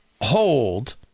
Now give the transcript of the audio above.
hold